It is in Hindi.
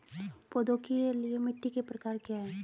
पौधों के लिए मिट्टी के प्रकार क्या हैं?